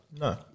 No